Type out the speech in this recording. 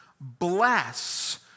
Bless